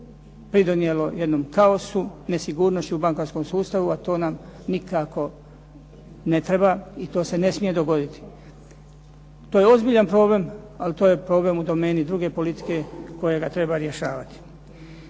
pridonijelo jednom kaosu, nesigurnošću u bankarskom sustavu, a to nam nikako ne treba i to se ne smije dogoditi. To je ozbiljan problem, ali to je problem u domeni druge politike koja ga treba rješavati.